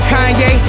Kanye